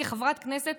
כחברת כנסת,